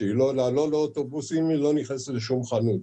שלא עולה לאוטובוסים וגם לא נכנסת לשום חנות.